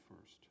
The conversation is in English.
first